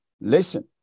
listen